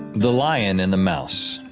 the lion and the mouse.